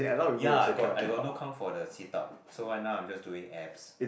yea I got I got no count for the sit up so why now I'm just doing abs